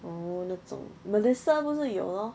oh 那种 melissa 不是有 lor